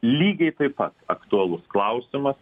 lygiai taip pat aktualus klausimas